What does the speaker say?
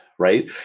Right